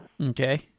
Okay